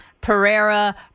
Pereira